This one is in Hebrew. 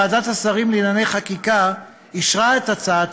ועדת השרים לענייני חקיקה אישרה את הצעת